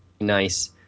nice